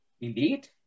Indeed